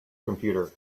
computer